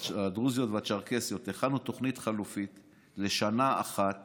הדרוזיות והצ'רקסיות, הכנו תוכנית חלופית לשנה אחת